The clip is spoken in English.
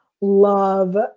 love